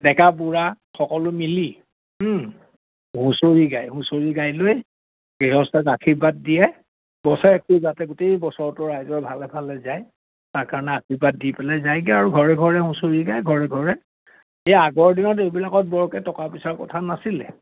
ডেকা বুঢ়া সকলো মিলি হুঁচৰি গায় হুঁচৰি গাই লৈ গৃহস্থক আশীৰ্বাদ দিয়ে বছৰটো যাতে গোটেই বছৰৰতো ৰাইজৰ ভালে ভালে যায় তাৰ কাৰণে আশীৰ্বাদ দি পেলাই যায়গে আৰু ঘৰে ঘৰে হুঁচৰি গায় ঘৰে ঘৰে এই আগৰ দিনত এইবিলাকত বৰকে টকা পইচাৰ কথা নাছিলে